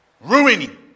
Ruining